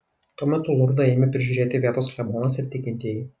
tuo metu lurdą ėmė prižiūrėti vietos klebonas ir tikintieji